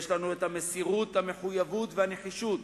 יש לנו את המסירות, המחויבות והנחישות